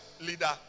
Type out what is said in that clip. leader